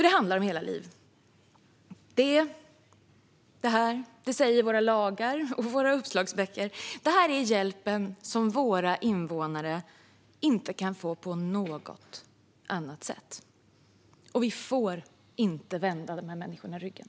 Det handlar ju om hela liv. Det säger våra lagar och uppslagsböcker. Detta är hjälpen som våra invånare inte kan få på "något annat sätt", och vi får inte vända dessa människor ryggen.